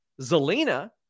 Zelina